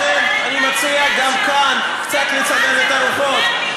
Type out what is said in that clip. לכן, אני מציע גם כאן קצת לצנן את הרוחות.